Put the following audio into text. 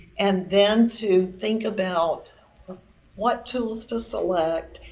and then to think about what tools to select,